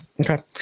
Okay